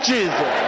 Jesus